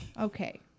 Okay